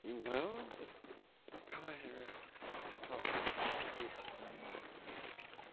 یہِ گرٛاوُنٛڈ تہٕ ہسا چھُ مےٚ سیٚٹھاہ پسنٛد بیٚیہِ ہسا یہِ جامِع مسجٕد